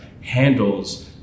handles